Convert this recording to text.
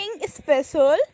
special